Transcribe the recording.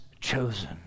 chosen